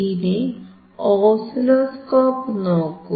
ഇനി ഓസിലോസ്കോപ് നോക്കൂ